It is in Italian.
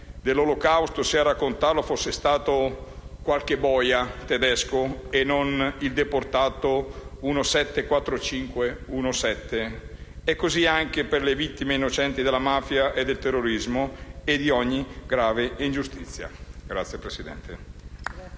dell'Olocausto se a raccontarlo fosse stato qualche boia tedesco e non il deportato 174 517. È così anche per le vittime innocenti della mafia e del terrorismo e di ogni grave ingiustizia. *(Applausi dei